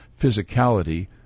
physicality